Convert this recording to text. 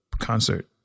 concert